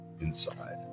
inside